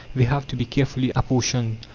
they have to be carefully apportioned.